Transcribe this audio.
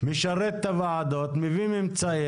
משרת את הוועדות, מביא ממצאים.